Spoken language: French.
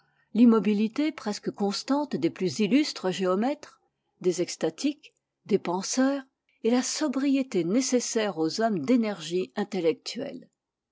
l'immobilité presque constante des plus illustres géomètres des extatiques des penseurs et la sobriété nécessaire aux hommes d'énergie intellectuelle